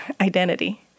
identity